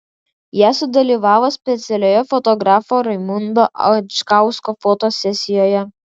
jie sudalyvavo specialioje fotografo raimundo adžgausko fotosesijoje